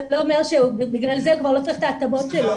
לא אומר שבגלל זה הוא כבר לא צריך את ההתאמות שלו.